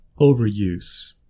overuse